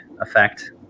effect